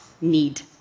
need